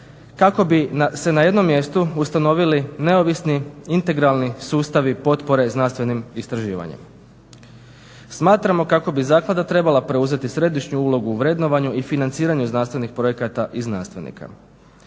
kako bi se na jednom mjestu ustanovili neovisni, integralni sustavi potpore znanstvenim istraživanjima. Smatramo kako bi zaklada trebala preuzeti središnju u ulogu u vrednovanju i financiranju znanstvenih projekata i znanstvenika.